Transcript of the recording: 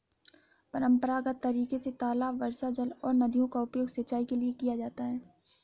परम्परागत तरीके से तालाब, वर्षाजल और नदियों का उपयोग सिंचाई के लिए किया जाता है